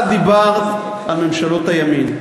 את דיברת על ממשלות הימין.